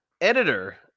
editor